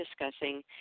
discussing